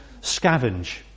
scavenge